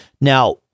Now